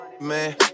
man